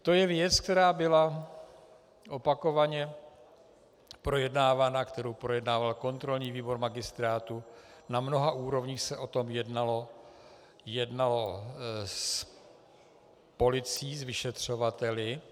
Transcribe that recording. To je věc, která byla opakovaně projednávána, kterou projednával kontrolní výbor magistrátu, na mnoha úrovních se o tom jednalo s policií, s vyšetřovateli.